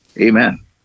Amen